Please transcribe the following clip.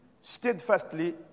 steadfastly